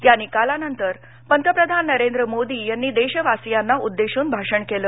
या निकालानंतर पंतप्रधान नरेंद्र मोदी यांनी देशवासियांना उद्देशून भाषण केलं